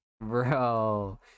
bro